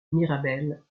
mirabel